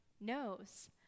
knows